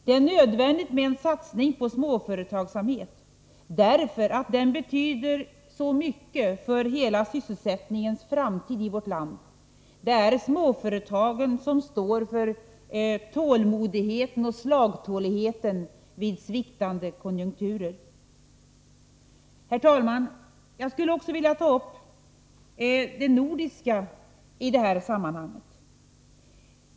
Det är nödvändigt med en satsning på småföretagsamheten därför att den betyder oerhört mycket för hela sysselsättningens framtid i vårt land. Det är småföretagen som står för tålmodigheten och slagtåligheten vid sviktande konjunkturer. Herr talman! Jag skulle också vilja ta upp de nordiska frågorna i detta sammanhang.